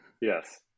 yes